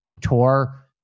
Tour